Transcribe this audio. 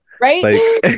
right